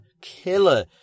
killer